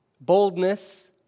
boldness